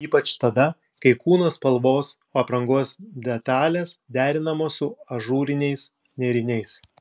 ypač tada kai kūno spalvos aprangos detalės derinamos su ažūriniais nėriniais